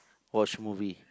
watch movie